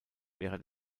wäre